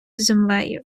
землею